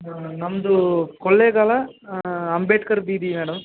ನಮ್ಮದು ಕೊಳ್ಳೆಗಾಲ ಅಂಬೇಡ್ಕರ್ ಬೀದಿ ಮೇಡಮ್